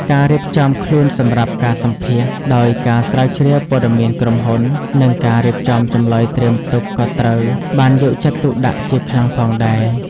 ការរៀបចំខ្លួនសម្រាប់ការសម្ភាសន៍ ដោយការស្រាវជ្រាវព័ត៌មានក្រុមហ៊ុន និងការរៀបចំចម្លើយត្រៀមទុក ក៏ត្រូវបានយកចិត្តទុកដាក់ជាខ្លាំងផងដែរ។